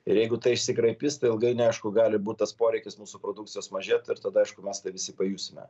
ir jeigu tai išsikraipys tai ilgainiui aišku gali būt tas poreikis mūsų produkcijos mažėtų ir tada aišku mes tai visi pajusime